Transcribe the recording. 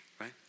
right